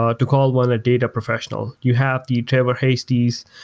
ah to call one a data professional, you have the travor hastie's,